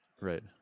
Right